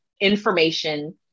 information